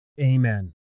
Amen